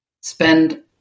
spend